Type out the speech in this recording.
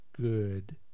good